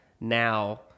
now